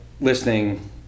listening